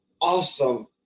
awesome